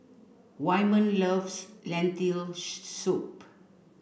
Wyman loves Lentil soup